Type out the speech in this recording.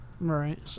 Right